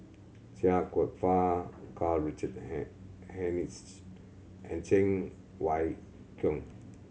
Chia Kwek Fah Karl Richard Hanitsch and Cheng Wai Keung